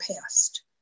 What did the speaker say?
past